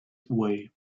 way